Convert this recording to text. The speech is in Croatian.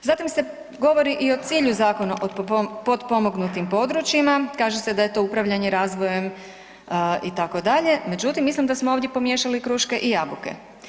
Zatim se govori i o cilju Zakona o potpomognutim područjima, kaže se da je to upravljanje razvojem itd., međutim mislim da smo ovdje pomiješali kruške i jabuke.